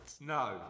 No